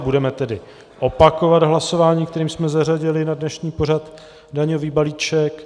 Budeme tedy opakovat hlasování, kterým jsme zařadili na dnešní pořad daňový balíček.